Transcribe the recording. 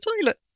toilet